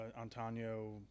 Antonio